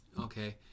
okay